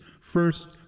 First